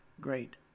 great